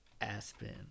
Aspen